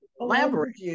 elaborate